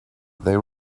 they